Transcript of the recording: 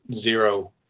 zero